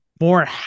more